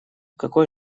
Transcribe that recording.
какой